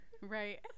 Right